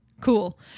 cool